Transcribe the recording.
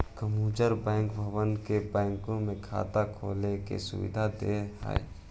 consumer bank भावना के बैंकों में खाता खोले के सुविधा दे हइ